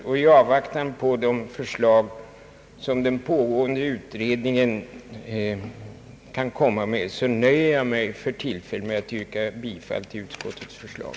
Och i avvaktan på de förslag som den pågående utredningen kan komma att presentera nöjer jag mig för tillfället med att yrka bifall till utskottets förslag.